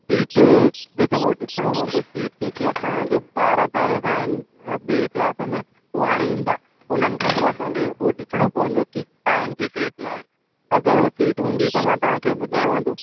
seat ॾिसो भाऊ ॾिसणो पवंदो सीट के के असांजा जो ॿार आहे पहिरों खां आहिनि ॿिए क्लास में हो हाणे ईंदा हुननि खां पोइ असांखे ॾिसणो पवंदो कि आहिनि की सीट न आहिनि अगरि हो सीट हूंदी त मां तव्हां खे ॿुधायांव थो